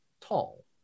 tall